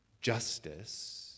justice